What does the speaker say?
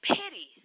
pity